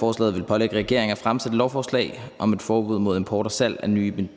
Forslaget vil pålægge regeringen at fremsætte lovforslag om et forbud mod import og salg af nye